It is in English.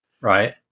Right